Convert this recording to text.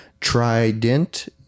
Trident